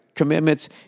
commitments